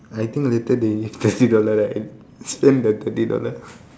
I think later they give thirty dollar right spend the thirty dollar